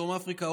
דרום אפריקה,